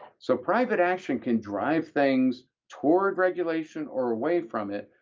so private action can drive things toward regulation or away from it,